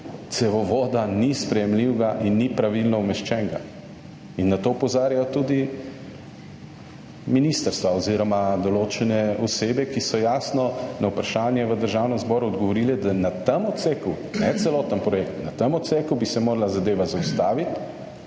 cevovoda ni sprejemljivega in ni pravilno umeščenega in na to opozarjajo tudi ministrstva oziroma določene osebe, ki so jasno na vprašanje v Državnem zboru odgovorile, da na tem odseku, ne celoten projekt, na tem odseku bi se morala zadeva zaustaviti